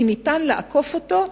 כי ניתן לעקוף אותו,